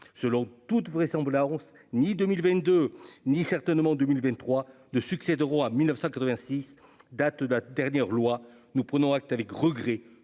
selon toute vraisemblance, ni 2022 ni certainement 2023 2 succès droit 1986 date de la dernière loi nous prenons acte avec regret